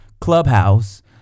clubhouse